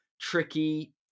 tricky